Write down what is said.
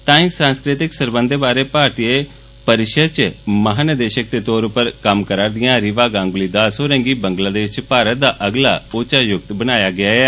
ताई सांस्कृतिक सरबंधै बारै भारतीय परिशद च महा निदेषक दे तौर उप्पर कम्म करा'रदिआं रीवा गांगुली दास होरें गी बंगलादेष च भारत दा अगला उच्चायुक्त बनाया गेआ ऐ